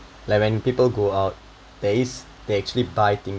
like when people go out there is they actually buy thing